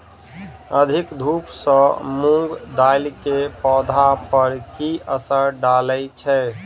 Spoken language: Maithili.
अधिक धूप सँ मूंग दालि केँ पौधा पर की असर डालय छै?